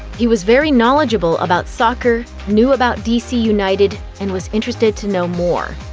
he was very knowledgeable about soccer, knew about d c. united and was interested to know more.